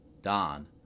Don